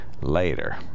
later